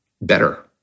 better